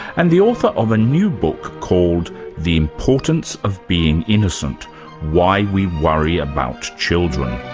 and the author of a new book called the importance of being innocent why we worry about children.